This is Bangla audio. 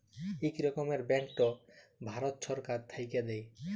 ইক রকমের ব্যাংকট ভারত ছরকার থ্যাইকে দেয়